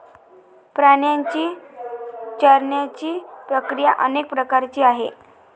प्राण्यांची चरण्याची प्रक्रिया अनेक प्रकारची आहे